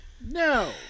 No